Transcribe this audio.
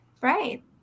Right